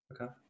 okay